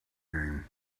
game